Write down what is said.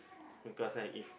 because I if